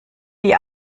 die